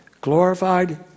glorified